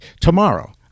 tomorrow